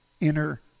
inner